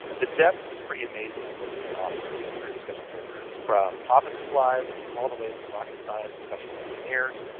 the depth is pretty amazing on what's being offered through the schedule program, from office supplies all the way to rocket science, professional engineers.